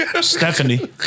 Stephanie